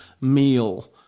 meal